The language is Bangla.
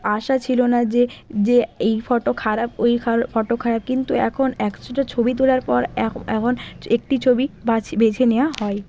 আশা ছিল না যে যে এই ফটো খারাপ ওই খার ফটো খারাপ কিন্তু এখন একশোটা ছবি তোলার পর এখন একটি ছবি বেছে নেওয়া হয়